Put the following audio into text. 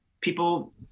people